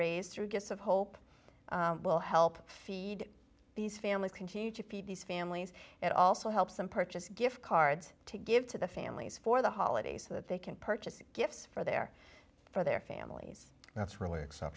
raised through gifts of hope will help feed these families continue to feed these families it also helps them purchase gift cards to give to the families for the holidays so that they can purchase gifts for their for their families that's